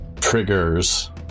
triggers